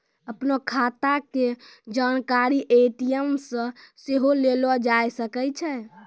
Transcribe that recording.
अपनो खाता के जानकारी ए.टी.एम से सेहो लेलो जाय सकै छै